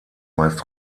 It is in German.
meist